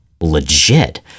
Legit